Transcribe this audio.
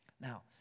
Now